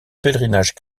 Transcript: pèlerinage